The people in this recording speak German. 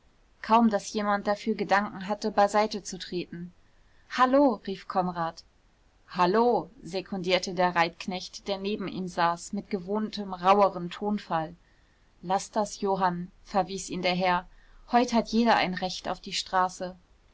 kaum daß jemand dafür gedanken hatte beiseite zu treten hallo rief konrad hallo sekundierte der reitknecht der neben ihm saß mit gewohntem rauheren tonfall laß das johann verwies ihn der herr heut hat jeder ein recht auf die straße